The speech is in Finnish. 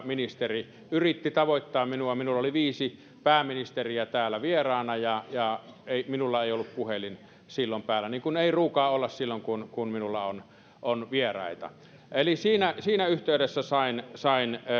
ministeri yritti tavoittaa minua minulla oli viisi pääministeriä täällä vieraana ja ja minulla ei ollut puhelin silloin päällä niin kuin ei ruukaa olla silloin kun kun minulla on on vieraita eli siinä siinä yhteydessä sain sain